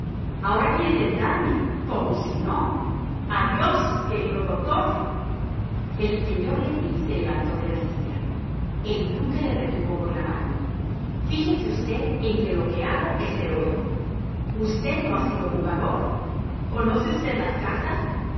ahora quiere tentarme como si no adiós querido doctor el señor le bris se levantó de la silla el duque le retuvo por la mano fíjese usted en que lo que hago es heroico usted no ha sido jugador conoce usted las cartas